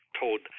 told